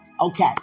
okay